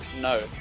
No